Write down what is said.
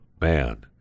man